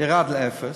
ירד לאפס,